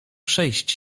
przejść